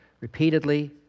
repeatedly